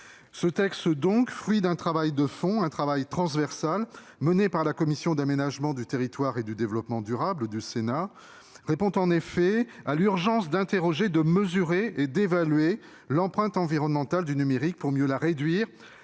Chaize -, fruit d'un travail de fond mené par la commission de l'aménagement du territoire et du développement durable du Sénat, répond en effet à l'urgence d'interroger, de mesurer et d'évaluer l'empreinte environnementale du numérique pour mieux la réduire,